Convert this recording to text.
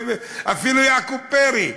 אפילו יעקב פרי,